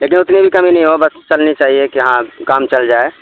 لیکن اتنی بھی کمی نہیں ہو بس چلنی چاہیے کہ ہاں کام چل جائے